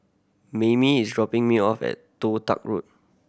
Mayme is dropping me off at Toh Tuck Road